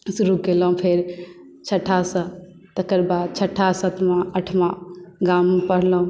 शुरु केलहुँ फेर छठासँ तकर बाद छठा सतमा आठमा गाममे पढ़लहुँ